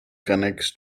connects